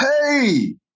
hey